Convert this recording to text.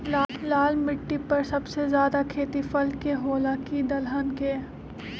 लाल मिट्टी पर सबसे ज्यादा खेती फल के होला की दलहन के?